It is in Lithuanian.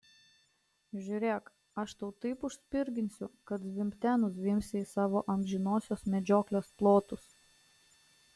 žiūrėk aš tau taip užspirginsiu kad zvimbte nuzvimbsi į savo amžinosios medžioklės plotus